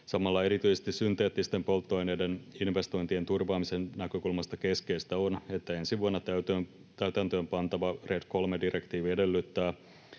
Samalla erityisesti synteettisten polttoaineiden investointien turvaamisen näkökulmasta keskeistä on, että ensi vuonna täytäntöönpantava RED III ‑direktiivi edellyttää,